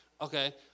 Okay